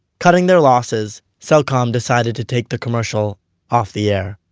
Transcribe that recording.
cutting their losses, cellcom decided to take the commercial off the air